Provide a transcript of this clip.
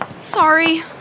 Sorry